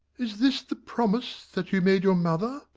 is this the promise that you made your mother?